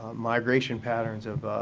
migration patterns